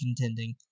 contending